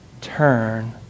turn